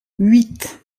huit